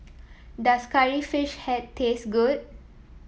does Curry Fish Head taste good